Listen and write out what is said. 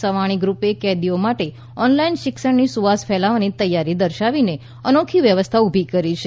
સવાણી ગ્રુપે કેદીઓ માટે ઓનલાઈન શિક્ષણની સુવાસ ફેલાવવાની તૈયારી દર્શાવીને અનોખી વ્યવસ્થા ઉભી કરી છે